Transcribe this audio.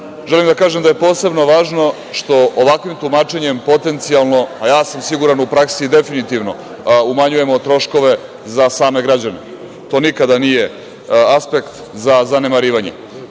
želim da kažem da je posebno važno što ovakvim tumačenjem potencijalno, a ja sam siguran u praksi i definitivno, umanjujemo troškove za same građane. To nikada nije aspekt za zanemarivanje. Dosta